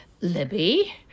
Libby